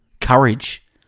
courage